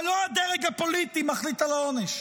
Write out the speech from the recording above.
אבל לא הדרג הפוליטי מחליט על העונש,